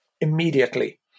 immediately